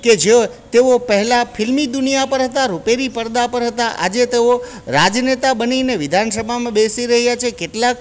કે જેઓ તેઓ પહેલા ફિલ્મી દુનિયા પર હતા રૂપેરી પરદા પર હતા આજે તેઓ રાજનેતા બનીને વિધાનસભામાં બેસી રહ્યા છે કેટલાક